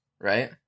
right